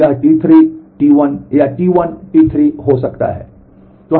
तो यह T3 T1 या T1 T3 हो सकता है